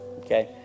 okay